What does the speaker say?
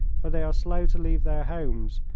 for they are slow to leave their homes,